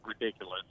ridiculous